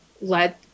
led